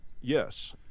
Yes